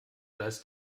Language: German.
gleis